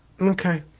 Okay